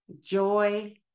joy